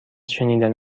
شنیدن